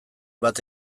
bat